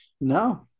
No